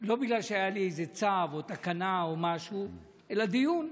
לא בגלל שהיה לי איזה צו או תקנה או משהו אלא דיון.